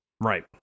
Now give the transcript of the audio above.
Right